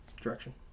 direction